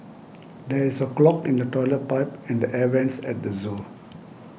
there is a clog in the Toilet Pipe and the Air Vents at the zoo